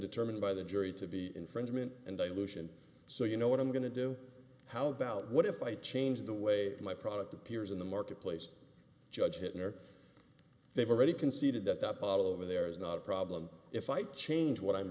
determined by the jury to be infringement and dilution so you know what i'm going to do how about what if i change the way my product appears in the marketplace judge it in or they've already conceded that that bottle over there is not a problem if i change what i'm